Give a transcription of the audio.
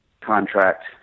contract